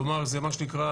כלומר זה מה שנקרא